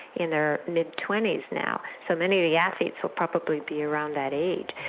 in their mid twenty s now, so many of the athletes will probably be around that age.